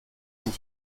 sans